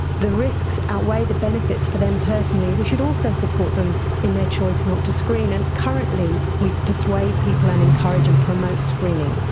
the risks outweigh the benefits for them personally we should also support them in their choice not to screen. and currently we persuade people and encourage and promote screening,